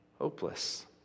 hopeless